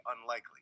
unlikely